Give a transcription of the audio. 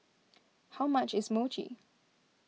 how much is Mochi